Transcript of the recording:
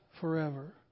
forever